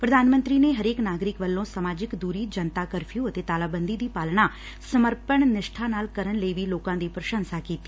ਪ੍ਰਧਾਨ ਮੰਤਰੀ ਨੇ ਹਰੇਕ ਨਾਗਰਿਕ ਵੱਲੋਂ ਸਮਾਜਿਕ ਦੁਰੀ ਜਨਤਾ ਕਰਫਿਉ ਅਤੇ ਤਾਲਾਬੰਦੀ ਦੀ ਪਾਲਣਾ ਸਮਰਪਣ ਨਿਸੁਠਾ ਨਾਲ ਕਰਨ ਲਈ ਵੀ ਲੋਕਾਂ ਦੀ ਪ੍ਰਸੰਸਾ ਕੀਤੀ